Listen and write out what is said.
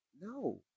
no